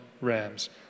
rams